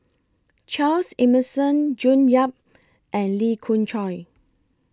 Charles Emmerson June Yap and Lee Khoon Choy